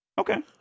Okay